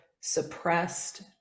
suppressed